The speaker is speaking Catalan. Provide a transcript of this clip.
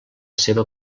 seva